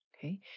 Okay